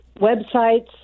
websites